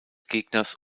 gegners